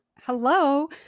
Hello